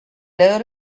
load